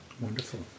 Wonderful